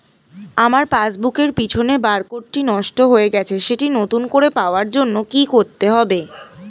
আমার পাসবুক এর পিছনে বারকোডটি নষ্ট হয়ে গেছে সেটি নতুন করে পাওয়ার জন্য কি করতে হবে?